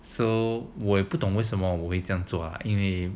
so 我也不懂为什么不会这样做因为